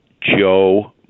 Joe